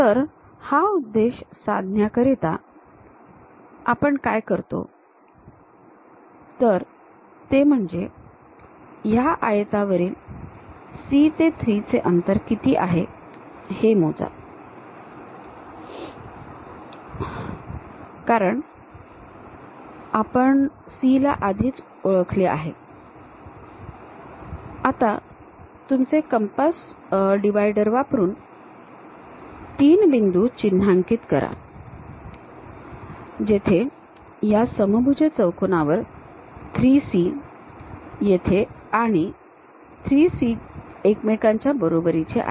तर हा उद्देश साधण्याकरिता आपण काय करतो तर ते म्हणजे या आयतावरील C ते 3 चे अंतर किती आहे हे मोजा कारण आपण C आधीच ओळखले आहे आता तुमचे कंपास डिव्हायडर वापरून तीन बिंदू चिन्हांकित करा जेथे या समभुज चौकोनावर 3C येथे आणि 3C एकमेकांच्या बरोबरीचे आहेत